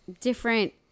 different